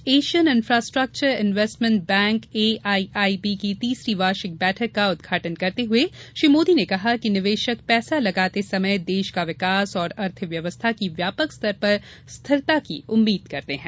आज Asian infrastructure investment bank AIIB की तीसरी वार्षिक बैठक का उदघाटन करते हुये श्री मोदी ने कहा कि निवेशक पैसा लगाते समय देश का विकास और अर्थ व्यवस्था की व्यापक स्तर पर स्थिरता की उम्मीद करते हैं